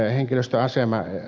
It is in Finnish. henkilöstön asema ed